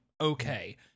okay